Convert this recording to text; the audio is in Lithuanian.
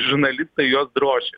žurnalistai juos drožia